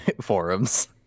forums